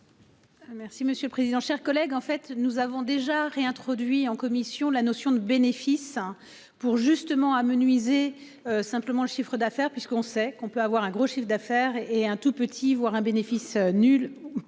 Merci monsieur le président. Chers collègues, en fait nous avons déjà réintroduit en commission la notion de bénéfice. Pour justement amenuiser simplement le chiffre d'affaire puisqu'on sait qu'on peut avoir un gros chiffre d'affaires et un tout petit voire un bénéfice nul